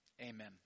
Amen